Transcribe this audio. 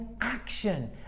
action